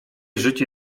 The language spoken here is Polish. życie